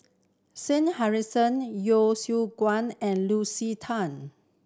Shah Hussain Yeo Siak Goon and Lucy Tan